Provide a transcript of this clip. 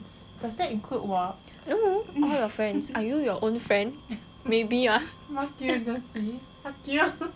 no are you your own friend maybe ah